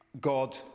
God